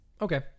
Okay